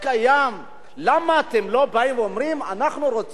למה אתם לא באים ואומרים: אנחנו רוצים ללכת למהלך,